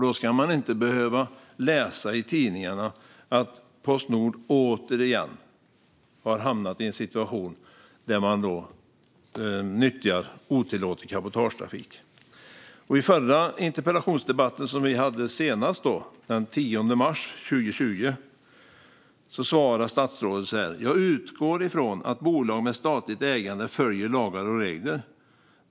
Då ska man inte behöva läsa i tidningarna att Postnord återigen har hamnat i en situation där det nyttjar otillåten cabotagetrafik. I den interpellationsdebatt som vi hade den 10 mars 2020 svarade statsrådet: "Jag utgår från att bolag med statligt ägande följer lagar och regler.